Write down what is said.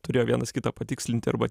turėjo vienas kitą patikslinti arba